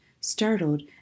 startled